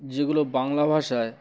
যেগুলো বাংলা ভাষায়